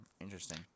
interesting